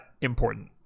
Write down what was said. important